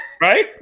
Right